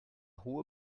hohe